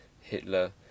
Hitler